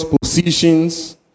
positions